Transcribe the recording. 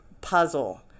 puzzle